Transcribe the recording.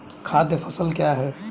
खाद्य फसल क्या है?